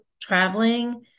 traveling